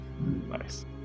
Nice